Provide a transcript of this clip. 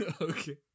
Okay